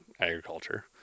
agriculture